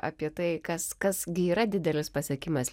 apie tai kas kas gi yra didelis pasiekimas